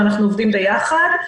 אנחנו עובדים ביחד.